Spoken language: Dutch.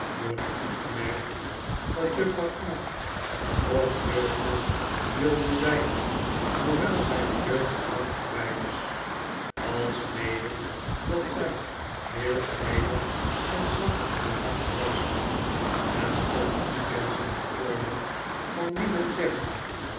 worden opgemerkt dat juffrouw knag nog jeugdig wilde zijn hoewel zij de jeugd al lang voorbij was alsmede dat zij heel ij del en zwak van karakter was en tot die menschen behoorde van wie men zegt